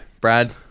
Brad